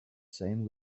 same